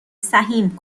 سهیم